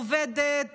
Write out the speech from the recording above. עובדת,